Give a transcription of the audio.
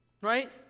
Right